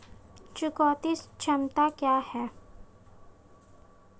चुकौती क्षमता क्या है?